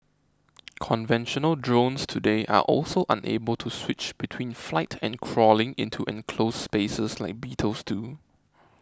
conventional drones today are also unable to switch between flight and crawling into enclosed spaces like beetles do